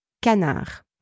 canard